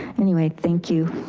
anyway, thank you.